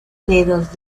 dedos